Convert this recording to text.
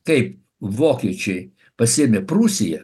kaip vokiečiai pasiėmė prūsiją